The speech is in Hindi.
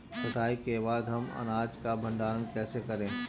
कटाई के बाद हम अनाज का भंडारण कैसे करें?